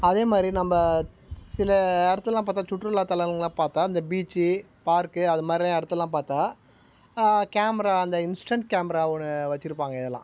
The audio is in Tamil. அதே மாதிரி நம்ம சில இடத்துல்லாம் பார்த்தா சுற்றுலாத்தலங்கள்லாம் பார்த்தா இந்த பீச்சு பார்க்கு அது மாதிரி இடத்துல்லாம் பார்த்தா கேமரா அந்த இன்ஸ்டெண்ட் கேமரா ஒன்று வச்சுருப்பாங்க இதலாம்